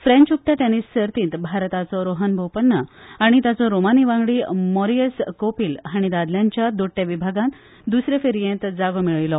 फ्रेंच उकत्या टेनीस सर्तींत भारताचो रोहन बोपन्ना आनी ताचो रोमानी वांगडी मॉरीयस कोपील हांणी दादल्यांच्या दोट्ट्या विभागान द्सऱ्या फेरयेंत जागो मेळयलो